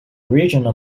regional